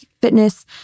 fitness